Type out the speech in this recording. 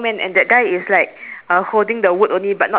oh eh mine is oh okay K can already